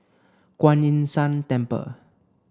Kuan Yin San Temple